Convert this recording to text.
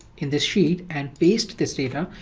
in the sheet and paste this data,